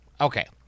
Okay